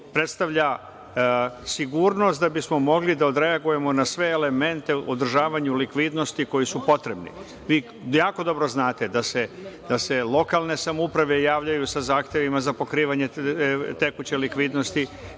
predstavlja sigurnost da bismo mogli da odreagujemo na sve elemente u održavanju likvidnosti koji su potrebni. Vi jako dobro znate da se lokalne samouprave javljaju sa zahtevima za pokrivanje tekuće likvidnosti.